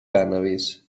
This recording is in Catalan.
cànnabis